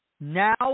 Now